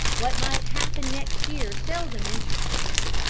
what might happen next year seldom interested him,